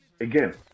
Again